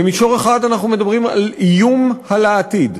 במישור אחד אנחנו מדברים על איום על העתיד,